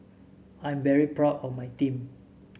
I'm very proud of my team